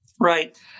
Right